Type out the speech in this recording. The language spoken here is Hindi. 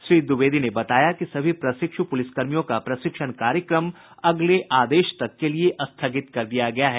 श्री द्विवेदी ने कहा कि सभी प्रशिक्षु पुलिसकर्मियों का प्रशिक्षण कार्यक्रम अगले आदेश तक के लिए स्थगित कर दिया गया है